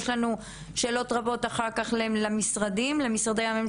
יש לנו שאלות רבות אחר כך למשרדי הממשלה,